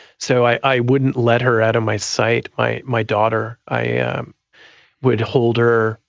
so i wouldn't let her out of my sight, my my daughter. i would hold her,